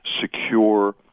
secure